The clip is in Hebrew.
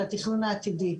על התכנון העתידי.